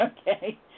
okay